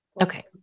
Okay